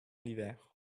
l’hiver